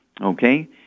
Okay